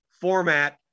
format